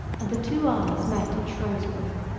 and the two armies met at shrewsbury.